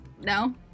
No